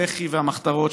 הלח"י והמחתרות,